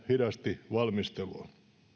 hidasti valmistelua